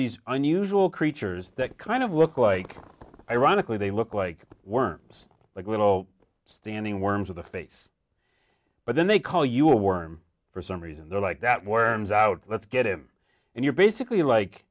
these unusual creatures that kind of look like ironically they look like worms like little standing worms with a face but then they call you a worm for some reason they're like that worms out lets get in and you're basically like